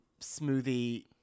smoothie